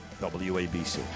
WABC